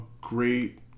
great